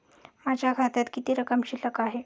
माझ्या खात्यात किती रक्कम शिल्लक आहे?